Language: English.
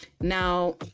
Now